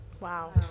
Wow